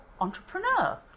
entrepreneur